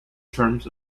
terms